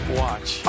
watch